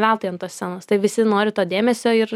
veltui ant scenos tai visi nori to dėmesio ir